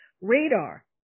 radar